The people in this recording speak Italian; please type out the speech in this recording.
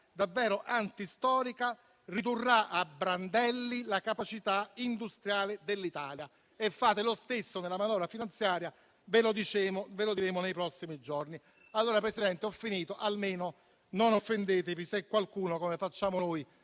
davvero antistorica, ridurrà a brandelli la capacità industriale dell'Italia. E fate lo stesso nella manovra finanziaria e ve lo diremo nei prossimi giorni. Signora Presidente del Consiglio, almeno non offendetevi se qualcuno, come facciamo noi